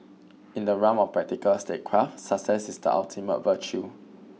in the realm of practical statecraft success is the ultimate virtue